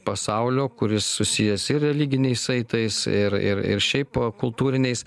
pasaulio kuris susijęs ir religiniais saitais ir ir ir šiaip kultūriniais